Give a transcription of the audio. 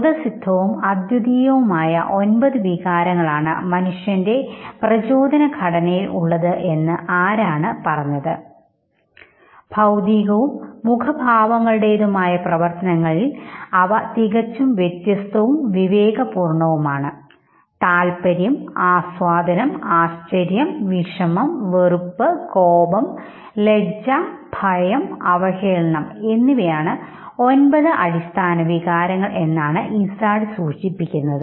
സ്വതസിദ്ധവും അദ്വിതീയമായ ഒൻപത് വികാരങ്ങളാണ് മനുഷ്യൻറെ പ്രചോദനഘടനയിൽ ഉള്ളത് എന്ന് ആരാണ് പറഞ്ഞത് ഭൌതികവും മുഖഭാവങ്ങളുടെതുമായ പ്രവർത്തനങ്ങളിൽ അവ തികച്ചും വ്യത്യസ്തവും വിവേക പൂർണ്ണവും ആണ് താൽപ്പര്യം ആസ്വാദനങ്ങൾ ആശ്ചര്യം വിഷമം വെറുപ്പ് കോപം ലജ്ജ ഭയം അവഹേളനം എന്നിവയാണ് ഇവ ഒമ്പത് അടിസ്ഥാന വികാരങ്ങൾഎന്നാണ് ഇസാർഡ് സൂചിപ്പിക്കുന്നത്